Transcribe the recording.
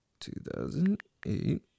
2008